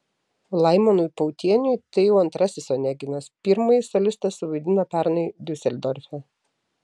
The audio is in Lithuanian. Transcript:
laimonui pautieniui tai jau antrasis oneginas pirmąjį solistas suvaidino pernai diuseldorfe